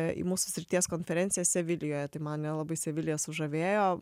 į mūsų srities konferenciją sevilijoje tai mane labai sevilija sužavėjo